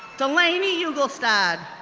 delaney ugelstad,